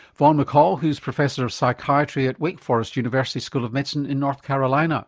vaughn mccall who's professor of psychiatry at wake forest university school of medicine in north carolina